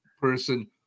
person